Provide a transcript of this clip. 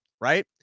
right